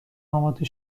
آماده